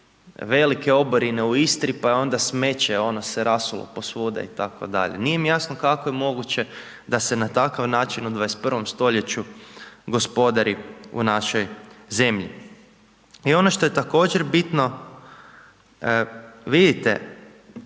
velike oborine u Istri pa je onda smeće ono se rasulo po svuda itd. Nij mi jasno kako je moguće da se na takav način u 21 stoljeću gospodari u našoj zemlji. I ono što je također bitno, vidite,